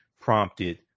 prompted